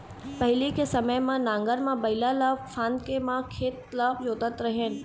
पहिली के समे म नांगर म बइला ल फांद के म खेत ल जोतत रेहेन